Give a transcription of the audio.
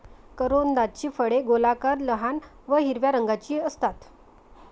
करोंदाची फळे गोलाकार, लहान व हिरव्या रंगाची असतात